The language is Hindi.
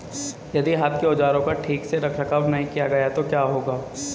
यदि हाथ के औजारों का ठीक से रखरखाव नहीं किया गया तो क्या होगा?